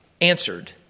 answered